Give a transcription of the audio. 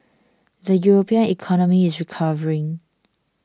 the European economy is recovering